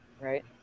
right